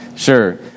sure